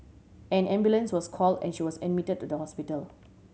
an ambulance was call and she was admitted to the hospital